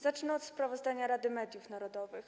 Zacznę od sprawozdania Rady Mediów Narodowych.